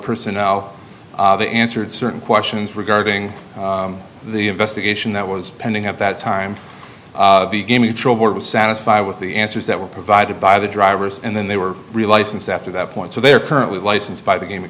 personnel they answered certain questions regarding the investigation that was pending at that time the game was satisfied with the answers that were provided by the drivers and then they were relicense after that point so they are currently licensed by the game